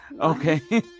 Okay